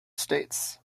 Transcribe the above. states